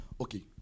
Okay